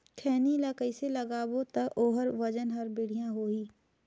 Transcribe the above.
खैनी ला कइसे लगाबो ता ओहार वजन हर बेडिया होही?